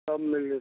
सब मिल जेतै